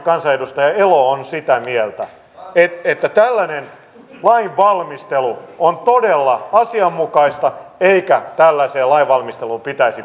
tämä tarkoittaa että reserviläisten kertausharjoituksista varusmiesten maastovuorokausista ilmavoimien lentotunneista ja merivoimien alusvuorokausista ei tingitä